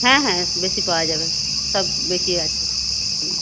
হ্যাঁ হ্যাঁ বেশি পাওয়া যাবে সব বেশি আছে